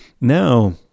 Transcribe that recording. Now